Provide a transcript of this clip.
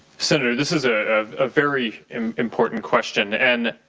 senator, this is a ah very and important question. and